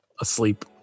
asleep